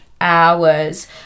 hours